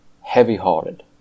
heavy-hearted